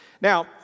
Now